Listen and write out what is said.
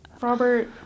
Robert